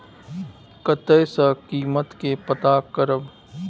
कतय सॅ कीमत के पता करब?